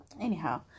anyhow